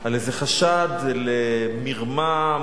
על איזה חשד למרמה,